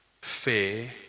fair